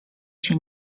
się